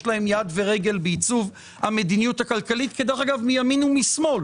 להם יד ורגל בעיצוב המדיניות הכלכלית כי אגב מימין ומשמאל